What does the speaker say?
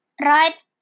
right